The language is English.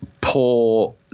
poor